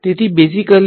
તેથી બેજીકલી